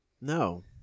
No